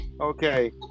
Okay